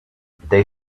they